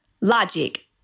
logic